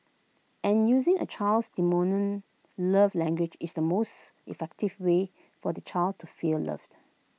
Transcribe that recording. and using A child's love language is the most effective way for the child to feel loved